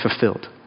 fulfilled